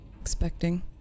expecting